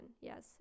yes